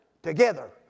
Together